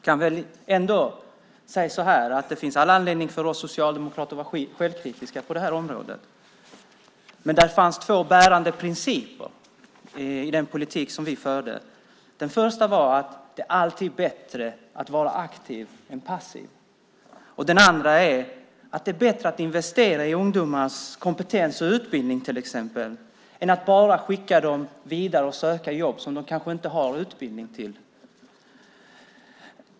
Jag kan ändå säga att det finns all anledning för oss socialdemokrater att vara självkritiska på det här området. Men det fanns två bärande principer i den politik som vi förde. Den första var att det alltid är bättre att vara aktiv än passiv. Den andra är att det är bättre att investera i ungdomars kompetens och utbildning till exempel än att bara skicka dem vidare att söka jobb som de kanske inte har utbildning för.